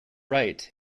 wright